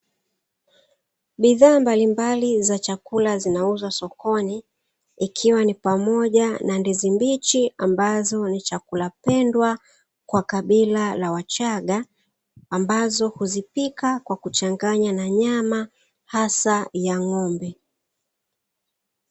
Bidhaa mbalimbali za chakula zinauzwa sokoni, ikiwa ni pamoja na ndizi mbichi ambazo ni chakula pendwa kwa kabila la wachaga, ambazo huzipika kwa kuchanganya na nyama hasa ya ng'ombe.